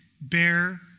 bear